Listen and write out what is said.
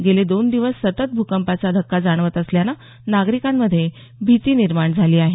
गेले दोन दिवस सतत भूकंपाचा धक्का जाणवत असल्यानं नागरिकांमध्ये भीती निर्माण झाली आहे